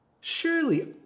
Surely